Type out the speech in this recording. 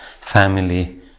family